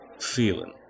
feeling